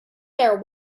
their